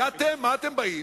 ואתם, מה אתם באים?